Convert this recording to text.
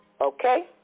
Okay